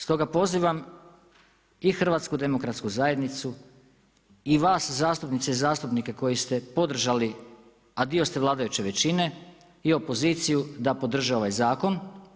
Stoga pozivam i HDZ i vas zastupnice i zastupnike koji ste podržali a dio ste vladajuće većine i opoziciju da podrže ovaj zakon.